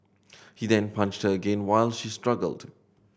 he then punched her again while she struggled